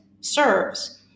serves